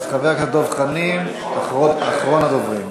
אז חבר הכנסת דב חנין, אחרון הדוברים.